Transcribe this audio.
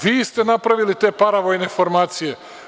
Vi ste napravili te paravojne formacije.